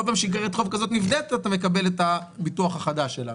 כל פעם שאיגרת חוב כזאת נפדית אתה מקבל את הביטוח החדש שלנו.